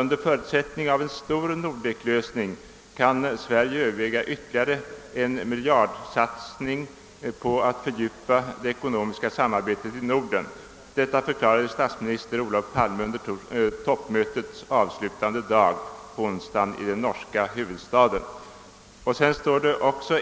»Under förutsättning av en ”stor” Nordeklösning kan Sverige överväga ytterligare en miljardsatsning på att fördjupa det ekonomiska samarbetet i Norden. Detta förklarade statsminister Olof Palme under toppmötets avslutande dag på onsdagen i den norska huvudstaden.